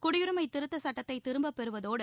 குடியரிமை திருத்த சுட்டத்தை திரும்பப் பெறுவதோடு